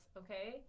okay